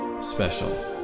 Special